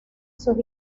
sus